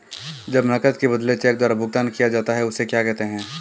जब नकद के बदले चेक द्वारा भुगतान किया जाता हैं उसे क्या कहते है?